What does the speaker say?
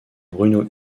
bruno